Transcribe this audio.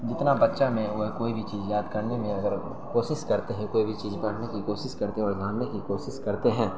جتنا بچہ میں وہ کوئی بھی چیز یاد کرنے میں اگر کوشش کرتے ہیں کوئی بھی چیز بڑھنے کی کوشش کرتے ہیں اور کی کوشش کرتے ہیں